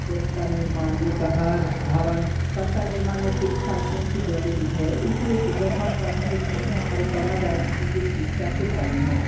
plane का निर्माण यह घर भवन सबका निर्माण में शिक्षा अत्यंत ज़रूरी है इसलिए कि जब हम पढ़ेंगे तभी हमारे समझ जाएगी कि यह चीज़ कैसे करनी है